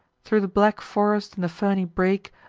thro' the black forest and the ferny brake,